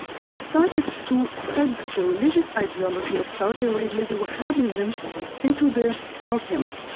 they started to spread the religious ideology of saudi arabia, the wahadism, into the north yemen,